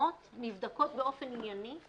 תלונות נבדקות באופן ענייני,